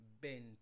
bent